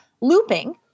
looping